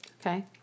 Okay